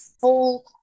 full